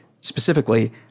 specifically